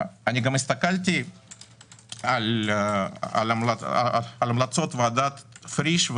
הסתכלתי על המלצות ועדת פריש.